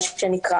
מלא.